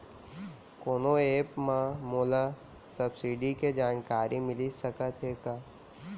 कोनो एप मा मोला सब्सिडी के जानकारी मिलिस सकत हे का?